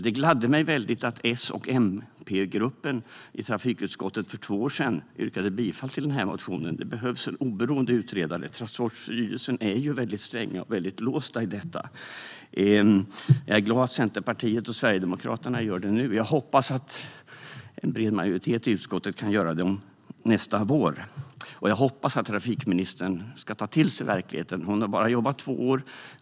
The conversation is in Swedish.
Det gladde mig väldigt att S och MP-gruppen i trafikutskottet för två år sedan yrkade bifall till den här motionen. Det behövs en oberoende utredare. Transportstyrelsen är väldigt sträng och väldigt låst i detta. Jag är glad att Centerpartiet och Sverigedemokraterna gör detta nu. Jag hoppas att en bred majoritet i utskottet kan göra det nästa vår, och jag hoppas att trafikministern ska ta till sig verkligheten. Hon har bara jobbat i två år.